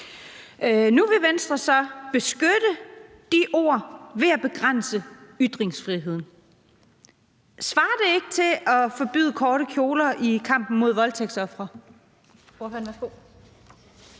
Nu vil Venstre så beskytte de ord ved at begrænse ytringsfriheden. Svarer det ikke til at forbyde korte kjoler i kampen mod voldtægt?